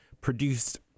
produced